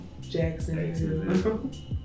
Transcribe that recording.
Jackson